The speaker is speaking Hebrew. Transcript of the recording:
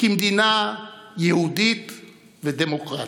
כמדינה יהודית ודמוקרטית.